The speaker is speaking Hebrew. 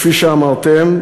כפי שאמרתם,